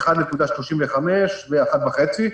1.35 ו-1.5,